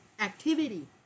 activity